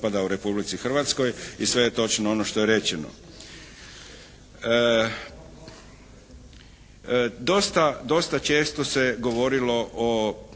Dosta često se govorilo o